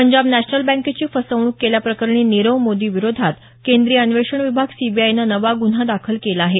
Punjab national बँकेची फसवणूक केल्याप्रकरणी नीरव मोदी विरोधात केंद्रीय अन्वेषण विभाग सीबीआयनं नवा गुन्हा दाखल केला आहे